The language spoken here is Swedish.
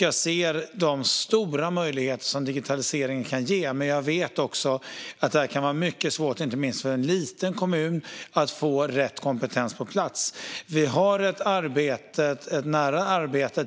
Jag ser de stora möjligheter som digitaliseringen kan ge, men jag vet också att det kan vara mycket svårt, inte minst för en liten kommun, att få rätt kompetens på plats. Vi har ett nära samarbete